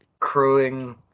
crewing